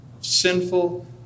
Sinful